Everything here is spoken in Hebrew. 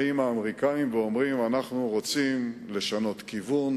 באים האמריקנים ואומרים: אנחנו רוצים לשנות כיוון,